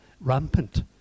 rampant